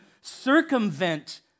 circumvent